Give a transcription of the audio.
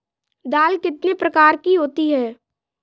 दाल कितने प्रकार की होती है?